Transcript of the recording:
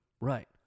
Right